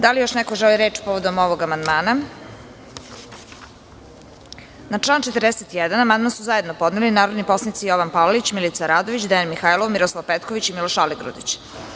Da li još neko želi reč povodom ovog amandmana? (Ne.) Na član 41. amandman su zajedno podneli narodni poslanici Jovan Palalić, Milica Radović, Dejan Mihajlov, Miroslav Petković i Miloš Aligrudić.